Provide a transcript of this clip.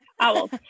owls